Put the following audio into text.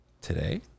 today